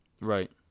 right